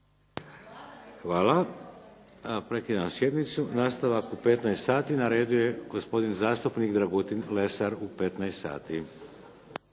Hvala.